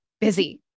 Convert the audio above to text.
busy